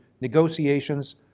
negotiations